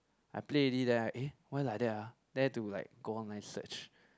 I play already then I eh why like that ah then I had to like go online search